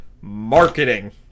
Marketing